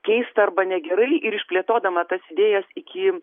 keista arba negerai ir išplėtodama tas idėjas iki